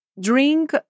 drink